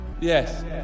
Yes